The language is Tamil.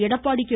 எடப்பாடி கே